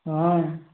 हाँ